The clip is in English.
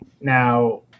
Now